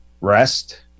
rest